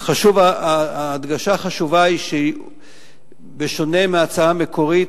ההדגשה החשובה היא שבשונה מההצעה המקורית,